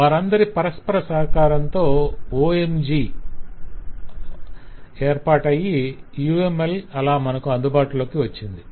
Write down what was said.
వారందరి పరస్పర సహకారంతో OMG ఏర్పాటయి UML అలా మనకు అందుబాటులోకి వచ్చింది